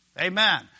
Amen